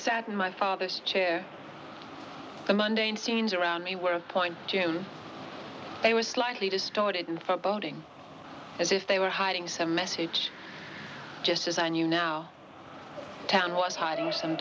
sat in my father's chair the mundane scenes around me were a point it was slightly distorted and foreboding as if they were hiding some message just as i knew now town was hiding some